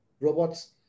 Robots